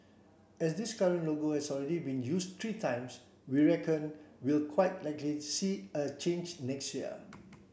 as this current logo has already been used three times we reckon we'll quite likely see a change next year